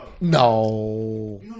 No